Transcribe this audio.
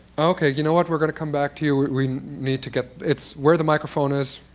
ok. you know what? we're going to come back to you. we need to get it's where the microphone is.